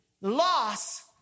loss